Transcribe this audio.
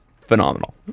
phenomenal